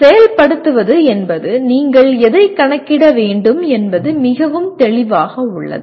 செயல்படுத்துவது என்பது நீங்கள் எதை கணக்கிட வேண்டும் என்பது மிகவும் தெளிவாக உள்ளது